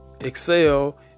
excel